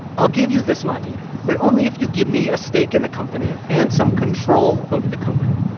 i'll give you this money, but only if you give me a stake in the company and some control over the company.